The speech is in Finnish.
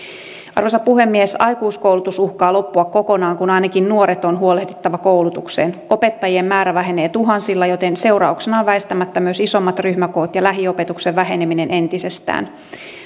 arvoisa puhemies aikuiskoulutus uhkaa loppua kokonaan kun ainakin nuoret on huolehdittava koulutukseen opettajien määrä vähenee tuhansilla joten seurauksena on väistämättä myös isommat ryhmäkoot ja lähiopetuksen väheneminen entisestään